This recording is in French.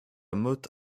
mothe